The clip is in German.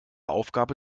aufgabe